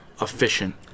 efficient